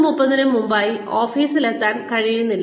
30 നും മുമ്പായി ഓഫീസിലെത്താൻ കഴിയുന്നില്ല